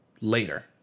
later